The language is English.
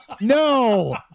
no